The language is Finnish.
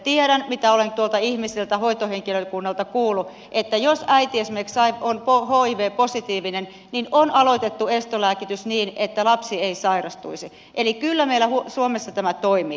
tiedän mitä olen tuolta ihmisiltä hoitohenkilökunnalta kuullut että jos äiti esimerkiksi on hiv positiivinen niin on aloitettu estolääkitys niin että lapsi ei sairastuisi eli kyllä meillä suomessa tämä toimii